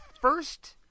first